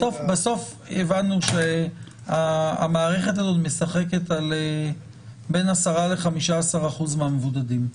בסוף הבנו שהמערכת הזו משחקת על בין 10% ל-15% מהמבודדים.